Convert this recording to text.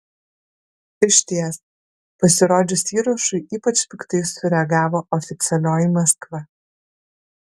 išties pasirodžius įrašui ypač piktai sureagavo oficialioji maskva